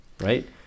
right